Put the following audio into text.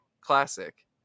Classic